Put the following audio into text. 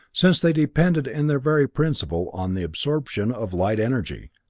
since they depended in their very principle on the absorption of light-energy.